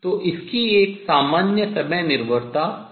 तो इसकी एक सामान्य समय निर्भरता हो सकती है